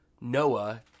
Noah